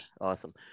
Awesome